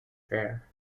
fare